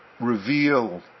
reveal